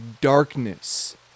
darkness